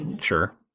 sure